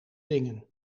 dingen